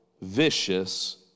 vicious